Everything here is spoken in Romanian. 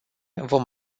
vom